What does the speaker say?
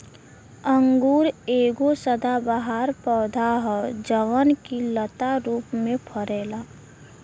अंगूर एगो सदाबहार पौधा ह जवन की लता रूप में फरेला